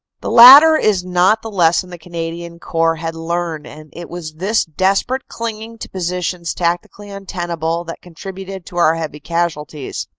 the latter is not the lesson the canadian corps had learned, and it was this desperate clinging to positions tacti cally untenable that contributed to our heavy casualties.